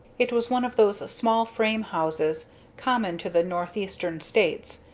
it was one of those small frame houses common to the northeastern states,